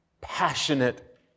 passionate